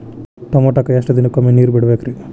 ಟಮೋಟಾಕ ಎಷ್ಟು ದಿನಕ್ಕೊಮ್ಮೆ ನೇರ ಬಿಡಬೇಕ್ರೇ?